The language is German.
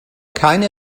keine